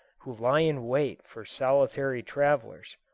who lie in wait for solitary travellers.